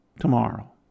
tomorrow